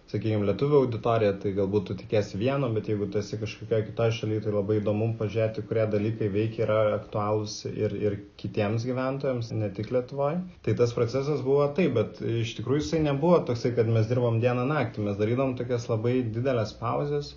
sakykim lietuvių auditorija tai galbūt tu tikiesi vieno bet jeigu tu esi kažkokioj kitoj šaly tai labai įdomu pažiūrėti kurie dalykai veikia yra aktualūs ir ir kitiems gyventojams ne tik lietuvoj tai tas procesas buvo taip bet iš tikrųjų jisai nebuvo toksai kad mes dirbom dieną naktį mes darydavom tokias labai dideles pauzes